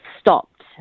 stopped